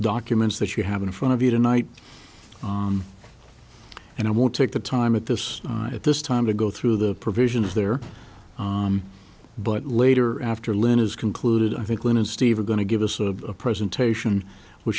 documents that you have in front of you tonight and i won't take the time at this at this time to go through the provisions there but later after lynn is concluded i think lynn and steve are going to give us a presentation which